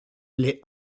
les